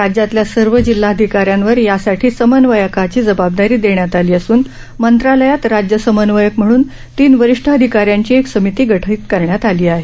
राज्यातल्या सर्व जिल्हाधिकाऱ्यांवर यासाठी समन्वयकाची जबाबदारी देण्यात आली असून मंत्रालयात राज्य समन्वयक म्हणून तीन वरिष्ठ अधिकाऱ्यांची एक समिती गठित करण्यात आली आहे